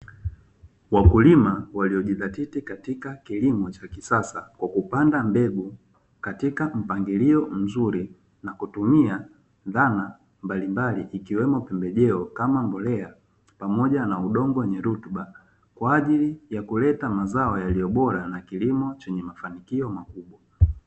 Wakulima waliojizatiti katika kilimo cha kisasa kwa kupanda mbegu katika mpangilio mzuri, na kutumia zana mbalimbali ikiwemo pembejeo kama mbolea pamoja na udongo ni rutuba. Kwa ajili ya kuleta mazao yaliyo bora na kilimo chenye mafanikio makubwa.